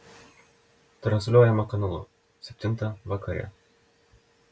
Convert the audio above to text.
transliuojama kanalu septintą vakare